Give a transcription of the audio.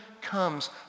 comes